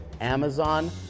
amazon